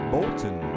Bolton